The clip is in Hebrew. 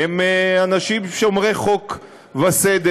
הם אנשים שומרי חוק וסדר.